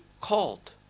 called